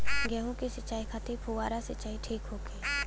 गेहूँ के सिंचाई खातिर फुहारा सिंचाई ठीक होखि?